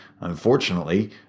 unfortunately